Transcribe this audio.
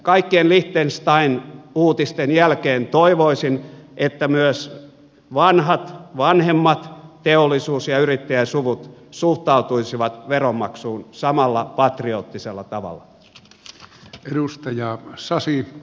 kaikkien liechtenstein uutisten jälkeen toivoisin että myös vanhemmat teollisuus ja yrittäjäsuvut suhtautuisivat veronmaksuun samalla patrioottisella tavalla hyvä edustaja sasi